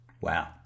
Wow